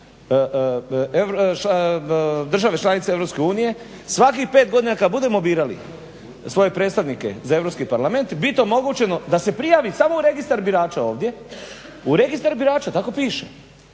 Europske unije svakih 5 godina kad budemo birali svoje predstavnike za Europski parlament bit omogućeno da se prijavi samo u Registar birača ovdje, u Registar birača tako piše,